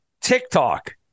TikTok